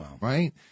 Right